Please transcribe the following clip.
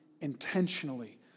intentionally